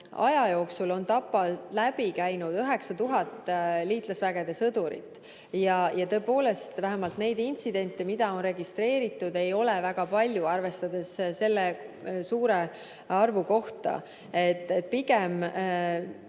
aja jooksul on Tapalt läbi käinud 9000 liitlasvägede sõdurit. Tõepoolest, vähemalt neid intsidente, mida on registreeritud, ei ole väga palju selle suure arvu kohta. Pigem